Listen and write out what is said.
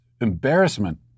embarrassment